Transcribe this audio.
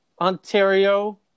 Ontario